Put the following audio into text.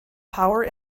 power